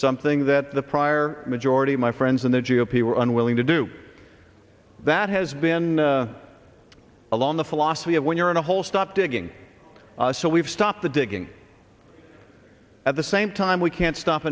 something that the prior majority of my friends in the g o p were unwilling to do that has been along the philosophy of when you're in a hole stop digging so we've stopped the digging at the same time we can't stop